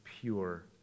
pure